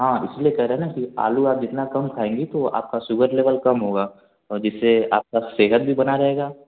हाँ इसलिए कह रहे हैं ना कि आलू आप जितना कम खाएँगी तो आपका शुगर लेवल कम होगा और ओ जिससे आपका सेहत भी बना रहेगा